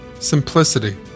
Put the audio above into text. Simplicity